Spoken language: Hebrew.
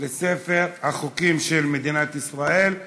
לספר החוקים של מדינת ישראל.